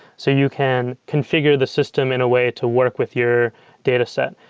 so you can configure the system in a way to work with your dataset.